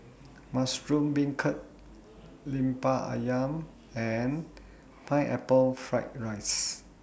Mushroom Beancurd Lemper Ayam and Pineapple Fried Rice